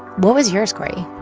what was your story?